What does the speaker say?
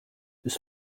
this